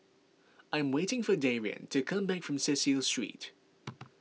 I'm waiting for Darian to come back from Cecil Street